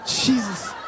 Jesus